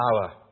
power